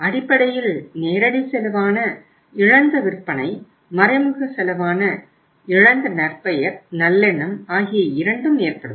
அடிப்படையில் நேரடி செலவான இழந்த விற்பனை மறைமுக செலவான இழந்த நற்பெயர் நல்லெண்ணம் ஆகிய இரண்டும் ஏற்படும்